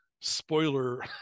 spoiler